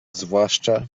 zwłaszcza